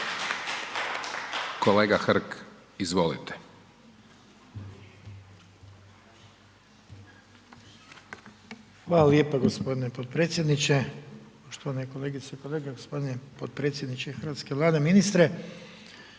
**Hrg, Branko (HDS)** Hvala lijepa gospodine potpredsjedniče. Poštovane kolegice i kolege, gospodine potpredsjedniče Hrvatske vlade, ministre,